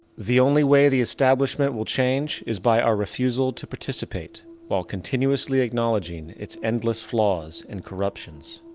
the only way the establishment will change is by our refusal to participate while continuously acknowledging it's endless flaws and corruptions.